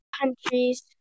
Countries